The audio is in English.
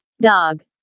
Dog